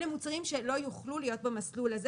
אלה מוצרים שלא יוכלו להיות במסלול הזה